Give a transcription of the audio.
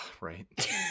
Right